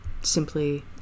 simply